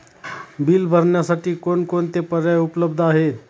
Bill भरण्यासाठी कोणकोणते पर्याय उपलब्ध आहेत?